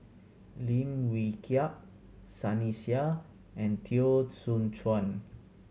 Lim Wee Kiak Sunny Sia and Teo Soon Chuan